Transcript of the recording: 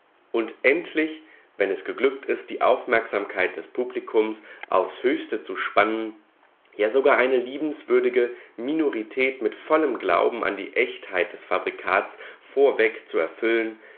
und endlich wenn es geglückt ist die aufmerksamkeit des publikums aufs höchste zu spannen ja sogar eine liebenswürdige minorität mit vollem glauben an die echtheit des fabrikats vorweg zu erfüllen